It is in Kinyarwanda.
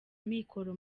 amikoro